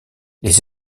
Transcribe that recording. les